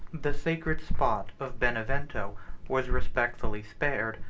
the sacred spot of benevento was respectfully spared,